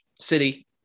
City